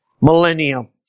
millennium